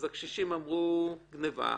אז לקשישים אמרו שגניבה,